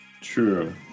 True